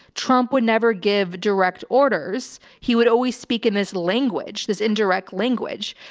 trump would never give direct orders. he would always speak in this language, this indirect language.